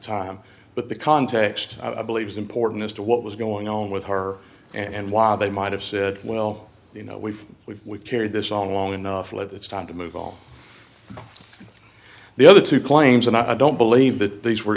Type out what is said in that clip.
time but the context of believes important as to what was going on with her and why they might have said well you know we've we've we've carried this on long enough it's time to move on the other two claims and i don't believe that these were